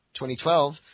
2012